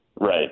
Right